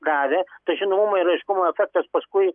gavę tai žinomumo ir aiškumo efektas paskui